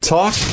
Talk